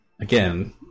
again